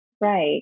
right